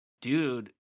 dude